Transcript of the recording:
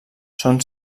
són